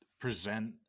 present